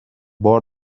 بار